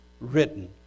written